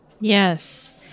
Yes